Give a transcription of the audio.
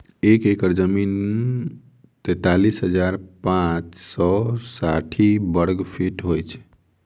एक एकड़ जमीन तैँतालिस हजार पाँच सौ साठि वर्गफीट होइ छै